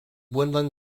woodland